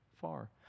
far